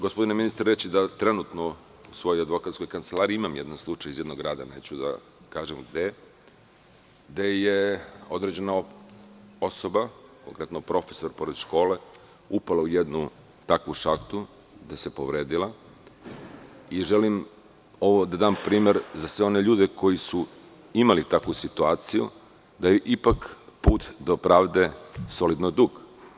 Gospodine ministre, reći ću vam da trenutno u svoj advokatskoj kancelariji imam jedan slučaj iz jednog grada, neću da kažem gde, gde je određena osoba, konkretno profesor pored škole, upala u jednu šahtu, gde se povredila i želim da dam primer za sve one ljudi koji su imali takvu situaciju, da je ipak put do pravde solidno dug.